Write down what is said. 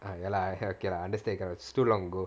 ah ya lah okay lah understand it's too long ago